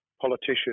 politician